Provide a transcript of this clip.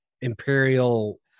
Imperial